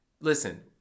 Listen